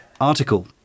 article